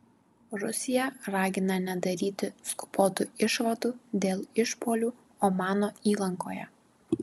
rusija ragina nedaryti skubotų išvadų dėl išpuolių omano įlankoje